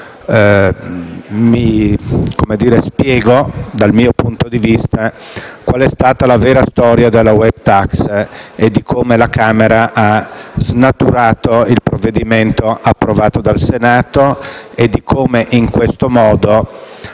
spiego, dal mio punto di vista, qual è stata la vera storia della *web tax*, come la Camera ha snaturato il provvedimento approvato dal Senato e come in questo modo